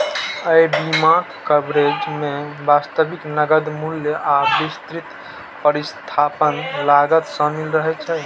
अय बीमा कवरेज मे वास्तविक नकद मूल्य आ विस्तृत प्रतिस्थापन लागत शामिल रहै छै